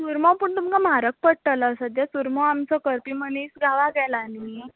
चुरमा पूण तुमकां म्हारग पडटलो सद्याक चुरमो आमचो करपी मनीस गांवां गेला न्हय